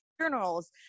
journals